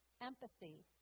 empathy